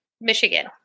Michigan